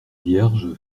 vierge